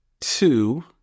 two